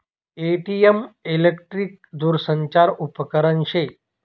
ATM electric दूरसंचार उपकरन शे